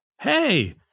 hey